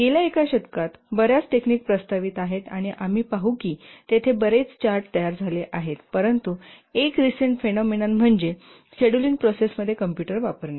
गेल्या एक शतकात बर्याच टेक्निक प्रस्तावित आहेत आणि आम्ही पाहू की तेथे बरेच चार्ट तयार झाले आहेत परंतु एक रिसेन्ट फेनॉमेनॉन म्हणजे शेड्यूलिंग प्रोसेसमध्ये कॉम्पुटर वापरणे